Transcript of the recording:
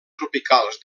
tropicals